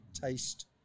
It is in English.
taste